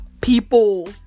people